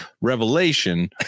revelation